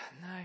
no